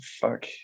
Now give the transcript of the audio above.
fuck